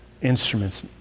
instruments